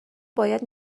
باید